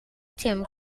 atm